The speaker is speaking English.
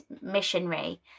missionary